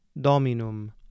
dominum